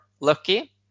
lucky